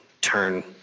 turn